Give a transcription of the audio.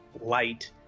light